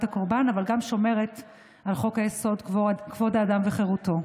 הקורבן אבל גם שומרת על חוק-יסוד: כבוד האדם וחירותו.